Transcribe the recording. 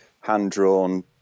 Hand-drawn